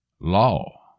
Law